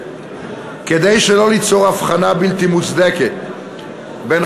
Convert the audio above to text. כדי שלא ליצור הבחנה בלתי מוצדקת בין